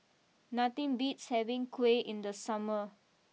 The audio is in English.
nothing beats having Kuih in the summer